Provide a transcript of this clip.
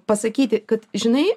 pasakyti kad žinai